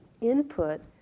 input